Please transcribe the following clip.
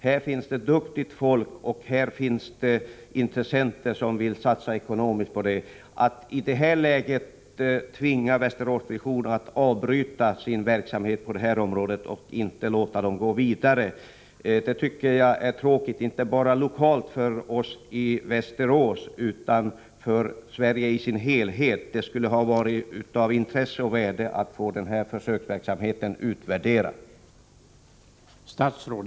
Här finns duktigt folk och intressenter som vill satsa ekonomiskt. Att i detta läge tvinga Västerås Vision att avbryta sin verksamhet och inte låta den gå vidare är tråkigt, inte bara lokalt för oss i Västerås utan också för Sverige i dess helhet. Det hade varit av intresse att få denna försöksverksamhet utvärderad.